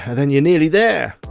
then you're nearly there.